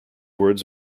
words